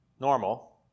normal